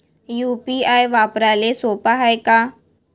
UPI वापराले सोप हाय का?